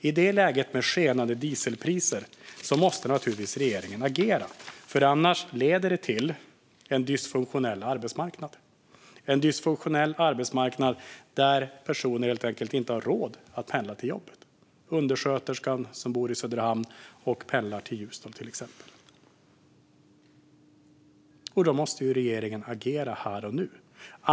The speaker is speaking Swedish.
I det läget, med skenande dieselpriser, måste regeringen naturligtvis agera. Annars leder det till en dysfunktionell arbetsmarknad där personer helt enkelt inte har råd att pendla till jobbet, till exempel undersköterskan som bor i Söderhamn och pendlar till Ljusdal. Då måste regeringen agera här och nu.